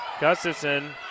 Gustafson